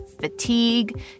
fatigue